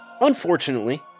Unfortunately